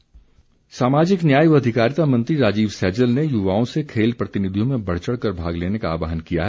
सैजल सामाजिक न्याय व अधिकारिता मंत्री राजीव सैजल ने युवाओं से खेल गतिविधियों में बढ़चढ़ कर भाग लेने का आहवान किया है